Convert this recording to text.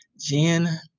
Jen